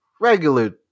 regular